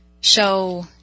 show